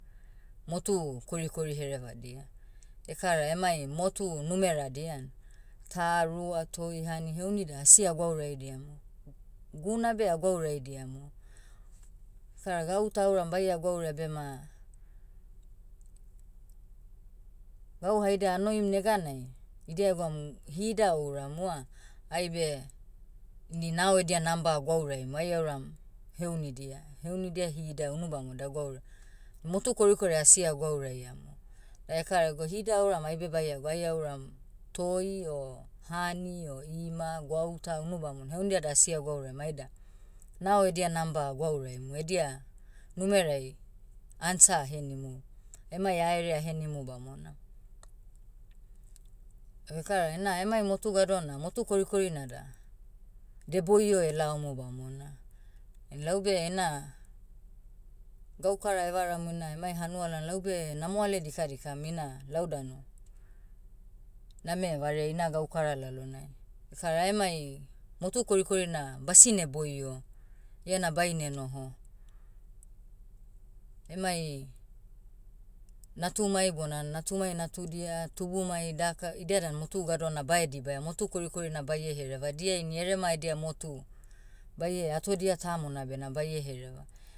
Motu korikori herevadia. Ekara emai motu numeradia ah, ta rua toi hani heuni da asi agwauraidiamu. Guna beh agwauraidiamu. Kara gauta auram baia gwauraia bema, gau haidia anoim neganai, idia egwamu hida ouramu ah, aibe, ini nao edia number agwauraim ai auram, heunidia. Heunidia hida unu bamod agwaurai. Motu korikoria asi agwauraiamu. Aekara go hida auram aibe baia gwa ai auram, toi o, hani o ima gwauta unubamon heundia da asiagwauraiam aida, nao edia number agwauraimu edia, numerai, ansa ahenimu. Emai aere ahenimu bamona. ekara na emai motu gado na motu korikori nada, deboio elaomu bamona. Ain laube ena, gaukara evaramu ina emai hanua lal laube, namoale dikadikam ina, lau danu, name vareai ina gaukara lalonai. Ekara aemai, motu korikori na, basine boio. Iana baine noho. Emai, natumai bona natumai natudia tubumai daka idia dan motu gado na bae dibaia motu korikori na baie hereva. Dia ini erema edia motu, baie atodia tamona bena baie hereva.